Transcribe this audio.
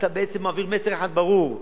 אתה בעצם מעביר מסר אחד ברור,